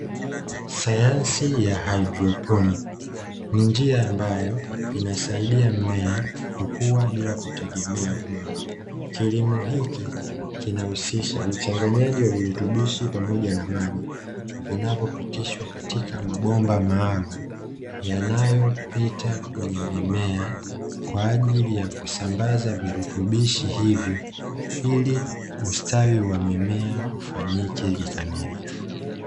Sayansi ya haidroponi ni njia ambayo inasaidia mmea kukua bila kutegemea udongo. Kilimo hiki kinahusisha uchanganyaji wa virutubisho pamoja na maji, vinavyopitishwa katika mabomba maalumu yanayopita kwenye mimea kwa ajili ya kusambaza virutubisho hivyo ili ustawi wa mimea ufanyike kikamilifu.